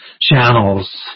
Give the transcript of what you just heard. channels